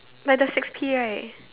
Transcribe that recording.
like the six P right